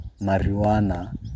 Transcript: marijuana